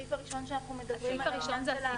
הסעיף הראשון שאנחנו מדברים עליו --- אנחנו